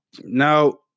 now